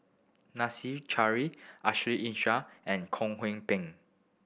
Nadasen Chandra Ashley Isham and Kwek Hong Png